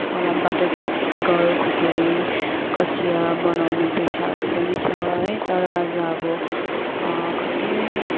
फलामबाट चाहिँ सिक्कल खुकुरी कँचिया बनाउने पेसाहरू पनि छ है तर आज अब कति